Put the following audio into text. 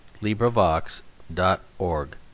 LibriVox.org